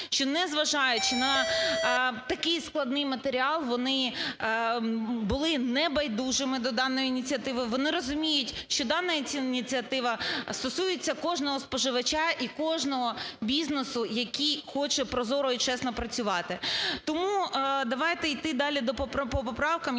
що незважаючи на такий складний матеріал, вони були небайдужими до даної ініціативи, вони розуміють, що дана ініціатива стосується кожного споживача і кожного бізнесу, який хоче прозоро і чесно працювати. Тому давайте йти далі по поправках,